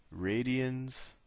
radians